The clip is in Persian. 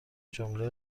جمله